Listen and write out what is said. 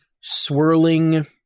swirling